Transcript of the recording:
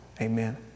Amen